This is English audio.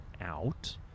out